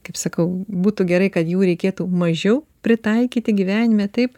kaip sakau būtų gerai kad jų reikėtų mažiau pritaikyti gyvenime taip